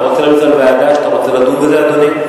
אתה רוצה להציע ועדה שאתה רוצה לדון בזה, אדוני?